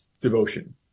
devotion